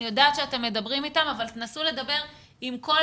אני יודעת שאתם מדברים איתם אבל תנסו לדבר עם כל